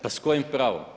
Pa s kojim pravom?